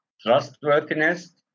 trustworthiness